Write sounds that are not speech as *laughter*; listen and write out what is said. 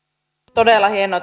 todella hienoa *unintelligible*